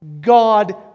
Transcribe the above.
God